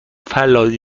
فنلاندی